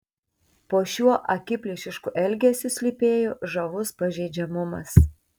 po šiuo akiplėšišku elgesiu slypėjo žavus pažeidžiamumas